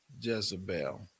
Jezebel